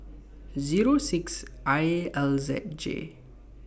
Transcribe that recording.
Zero six I L Z J